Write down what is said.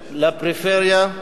לפריפריה,